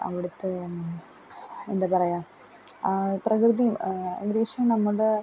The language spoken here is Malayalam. അവിടുത്തെ എന്താണു പറയുക പ്രകൃതിയും ഏകദേശം നമ്മളുടെ